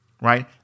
Right